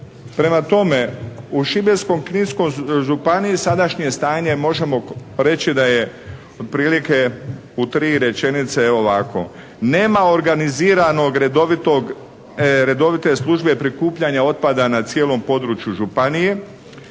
Prema tome, u Šibensko-kninskoj županiji sadašnje stanje možemo reći da je otprilike u 3 rečenice evo ovako. Nema organiziranog, redovite službe prikupljanja otpada na cijelom području županije.